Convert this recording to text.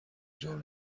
جان